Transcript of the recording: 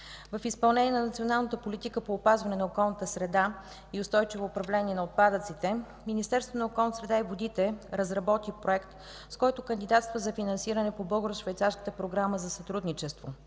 В изпълнение на националната политика по опазване на околната среда и устойчиво управление на отпадъците Министерството на околната среда и водите разработи проект, с който кандидатства за финансиране по Българо-швейцарската програма за сътрудничество.